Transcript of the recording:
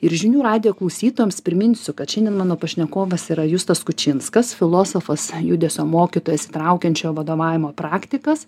ir žinių radijo klausytojams priminsiu kad šiandien mano pašnekovas yra justas kučinskas filosofas judesio mokytojas įtraukiančio vadovavimo praktikas